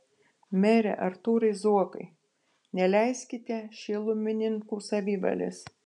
mere artūrai zuokai neleiskite šilumininkų savivalės